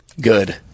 good